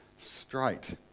Straight